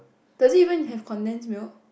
does it even have condensed milk